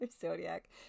Zodiac